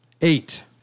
Eight